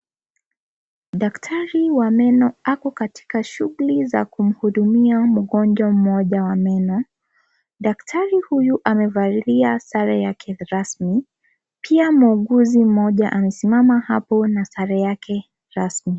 Daktari wa meno ako katika shughuli za kumhudumia mgonjwa mmoja wa meno. Daktari huyu amevalia sare rasmi, pia muuguzi mmoja amesimama hapo na sare yake rasmi.